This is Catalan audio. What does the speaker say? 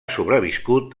sobreviscut